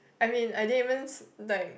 I mean I didn't even like